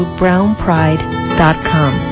brownpride.com